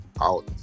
out